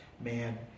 man